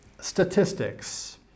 Statistics